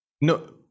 No